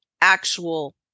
actual